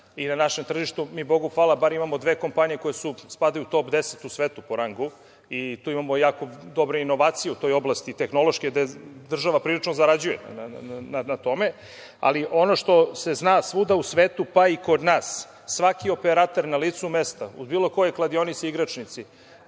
i na našem tržištu, mi Bogu hvala mi imamo dve kompanije koje spadaju u top 10 u svetu po rangu, i tu imamo jako dobre inovacije u toj oblasti tehnološke, gde država prilično dobro zarađuje na tome, ali ono što se zna svuda u svetu, pa i kod nas, svaki operater na licu mesta u bilo kojoj kladionici igračnici,